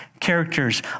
Characters